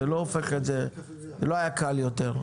זה לא היה קל יותר.